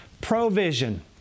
provision